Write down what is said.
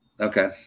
Okay